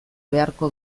beharko